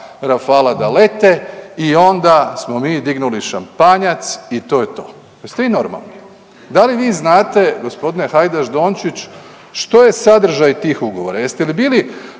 Rafala da lete i onda smo mi dignuli šampanjac i to je to. Jeste vi normalni? Da li vi znate g. Hajdaš Dončić što je sadržaj tih ugovora? Jeste li bili